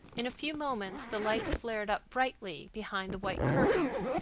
in a few moments the lights flared up brightly behind the white curtains,